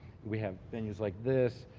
we have venues like this.